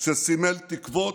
שסימל תקוות,